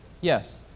Yes